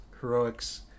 heroics